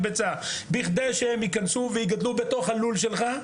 בכדי שהם ייכנסו ויגדלו בתוך הלול שלך.